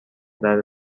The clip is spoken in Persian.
درب